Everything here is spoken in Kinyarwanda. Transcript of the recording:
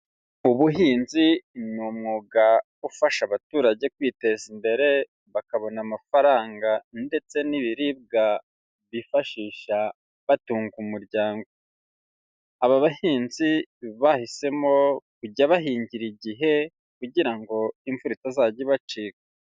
Ubuhinzi ni umwuga ufasha abaturage kwiteza imbere bakabona amafaranga ndetse n'ibiribwa bifashisha batunga umuryango. Aba bahinzi bahisemo kujya bahingira igihe kugira ngo imvura itazajya ibacika.